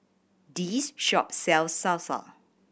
this shop sells Salsa